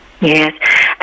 Yes